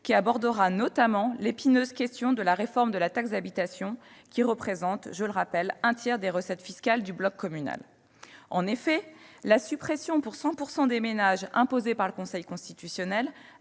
qui abordera notamment l'épineuse question de la réforme de la taxe d'habitation, laquelle représente, je le rappelle, un tiers des recettes fiscales du bloc communal. En effet, la suppression de cette taxe pour 100 % des ménages, imposée par le Conseil constitutionnel,